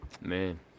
Man